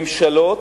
ממשלות,